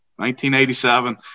1987